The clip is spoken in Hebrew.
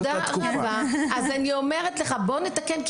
תודה רבה, בוא נתקן.